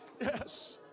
yes